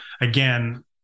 again